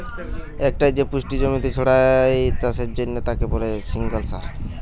একটাই যে পুষ্টি জমিতে ছড়ায় চাষের জন্যে তাকে বলে সিঙ্গল সার